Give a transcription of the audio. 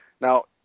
Now